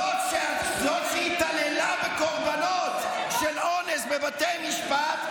זאת שהתעללה בקורבנות של אונס בבתי משפט,